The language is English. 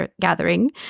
gathering